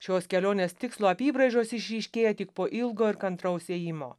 šios kelionės tikslo apybraižos išryškėja tik po ilgo ir kantraus ėjimo